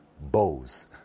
bows